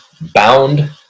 bound